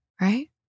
right